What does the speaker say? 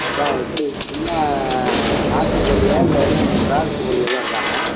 அதுதான் எப்படி என்ன நாட்டு கோழியா இல்லை எதுவும் கிராஸ் கோழி எதுவும் இருக்காணே